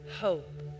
hope